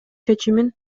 чечимин